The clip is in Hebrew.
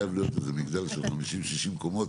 חייב להיות איזה מגדל של 50-60 קומות